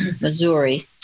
Missouri